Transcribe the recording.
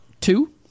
two